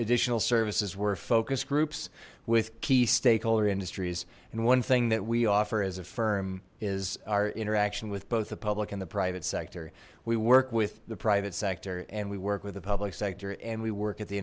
additional services were focus groups with key stakeholder industries and one thing that we offer as a firm is our interaction with both the public and the private sector we work with the private sector and we work with the public sector and we work at the